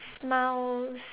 miles